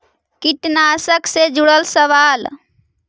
कीटनाशक से जुड़ल सवाल?